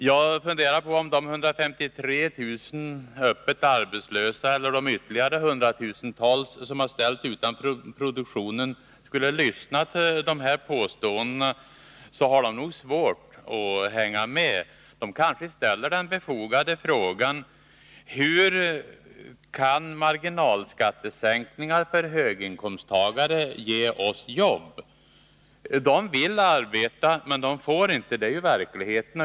Om de 153 000 öppet arbetslösa eller de ytterligare hundratusentals som har ställts utanför produktionen skulle lyssna till dessa påståenden, har de nog svårt att hänga med. De kanske ställer den befogade frågan: Hur kan marginalskattesänkningar för höginkomsttagare ge oss jobb? De vill arbeta, men de får inte — det är ju verkligheten.